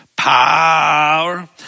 Power